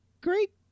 great